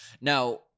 Now